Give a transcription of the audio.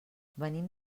venim